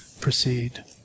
proceed